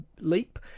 leap